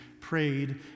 prayed